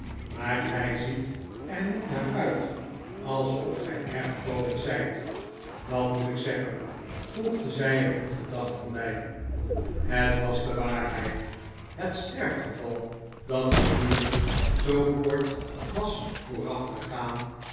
maar gij ziet er niet naar uit alsof gij erg vroolijk zijt dat moet ik zeggen voegde zij er in gedachten brj het was de waarheid het sterfgeval dat het huwelijk zoo kort was